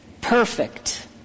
perfect